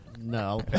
No